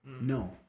No